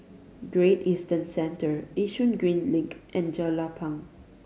Great Eastern Center Yishun Green Link and Jelapang